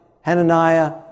Hananiah